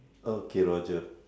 okay roger